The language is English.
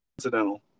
incidental